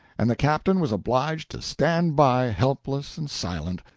and the captain was obliged to stand by, helpless and silent,